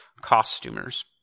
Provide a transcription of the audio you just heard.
costumers